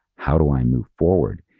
how do i move forward?